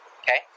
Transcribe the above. okay